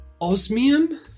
Osmium